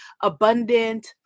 abundant